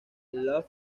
love